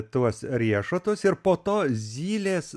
tuos riešutus ir po to zylės